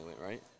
right